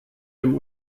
dem